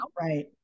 Right